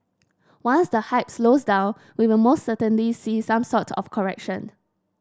once the hype slows down we will most certainly see some sort of correction